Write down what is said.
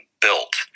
built